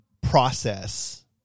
process